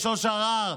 לשוש הרר,